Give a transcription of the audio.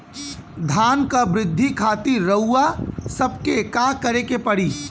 धान क वृद्धि खातिर रउआ सबके का करे के पड़ी?